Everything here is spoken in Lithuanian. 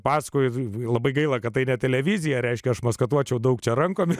paskui labai gaila kad tai ne televizija reiškia aš maskatuočiau daug čia rankomis